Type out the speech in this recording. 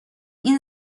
این